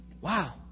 Wow